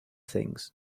things